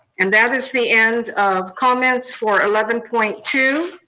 and that is the end of comments for eleven point two.